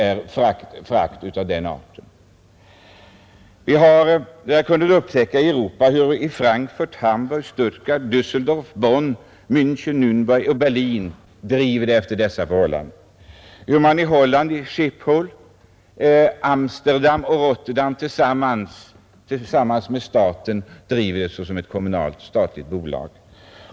Vi kan ute i Europa iaktta hur man i Hamburg, Frankfurt, Stuttgart, Disseldorf, Bonn, Miinchen, Nirnberg och Berlin driver trafiken efter dessa förhållanden och hur i Holland Rotterdam och Amsterdam tillsammans med staten driver Schiphol som ett kommunalt-statligt bolag.